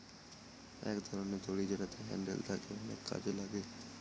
এক ধরনের দড়ি যেটাতে হ্যান্ডেল থাকে অনেক কাজে লাগে